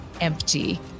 empty